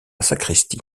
sacristie